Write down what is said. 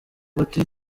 bati